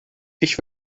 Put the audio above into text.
ich